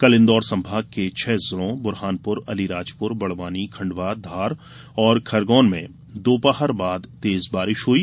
कल इन्दौर संभाग के छह जिलों बुरहानपुर अलीराजपुर बड़वानी खण्डवा धार और खरगोन में दोपहर बाद तेज बारिश हुई